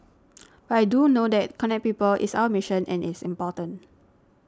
but I do know that connect people is our mission and it's important